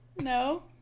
no